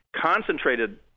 concentrated